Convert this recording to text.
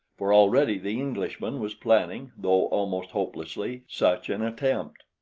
for already the englishman was planning, though almost hopelessly, such an attempt.